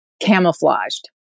camouflaged